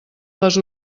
les